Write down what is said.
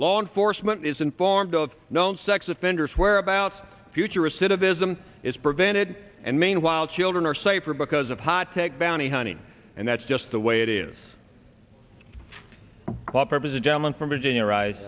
law enforcement is informed of known sex offenders whereabouts future recidivism is prevented and meanwhile children are safer because of high tech bounty hunting and that's just the way it is up as a gentleman from virginia ri